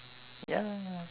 ya ya ya